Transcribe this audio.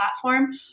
platform